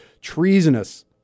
treasonous